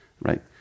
right